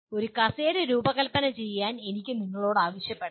ഒരു കസേര രൂപകൽപ്പന ചെയ്യാൻ എനിക്ക് നിങ്ങളോട് ആവശ്യപ്പെടാം